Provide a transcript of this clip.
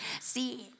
See